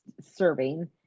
serving